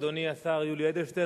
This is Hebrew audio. אדוני השר יולי אדלשטיין,